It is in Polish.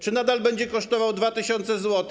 Czy nadal będzie kosztował 2 tys. zł?